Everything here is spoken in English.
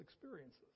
experiences